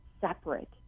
separate